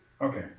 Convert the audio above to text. okay